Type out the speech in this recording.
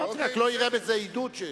אמרתי רק שלא יראה בזה עידוד.